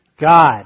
God